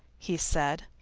he said.